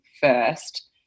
first